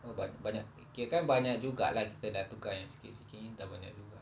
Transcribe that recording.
uh banyak banyak kirakan banyak juga lah kita dah tukar yang sikit-sikit ini dah banyak juga